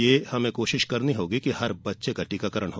यह कोशिश करनी होगी कि हर बच्चे का टीकाकरण हो